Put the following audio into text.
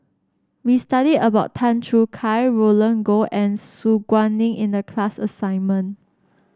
we studied about Tan Choo Kai Roland Goh and Su Guaning in the class assignment